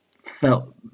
felt